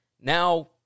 Now